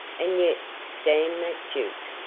and yet damn that duke!